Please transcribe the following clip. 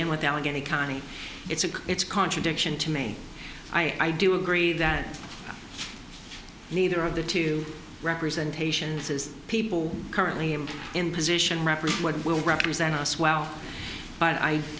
in with the allegheny county it's a it's a contradiction to me i do agree that neither of the two representation says people currently in in position represent what will represent us well but i